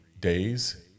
days